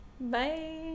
Bye